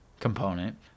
component